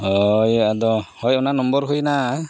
ᱦᱳᱭ ᱟᱫᱚ ᱦᱳᱭ ᱚᱱᱟ ᱱᱚᱢᱵᱚᱨ ᱦᱚᱭᱱᱟ